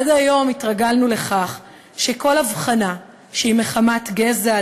עד היום התרגלנו לכך שכל הבחנה שהיא מחמת גזע,